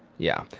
yeah.